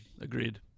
agreed